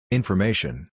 Information